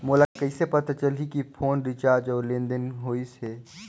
मोला कइसे पता चलही की फोन रिचार्ज और लेनदेन होइस हे?